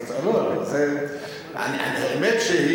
האמת,